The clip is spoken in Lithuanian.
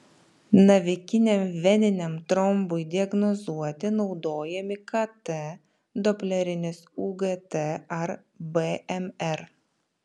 navikiniam veniniam trombui diagnozuoti naudojami kt doplerinis ugt ar bmr